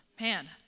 Man